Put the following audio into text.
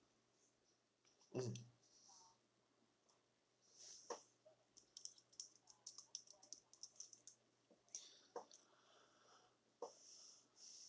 mm